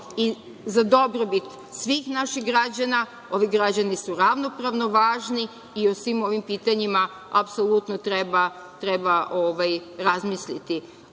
za dobrobit svih naših građana, ovi građani su ravnopravno važni i o svim ovim pitanjima apsolutno treba razmisliti. Samo